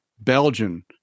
Belgian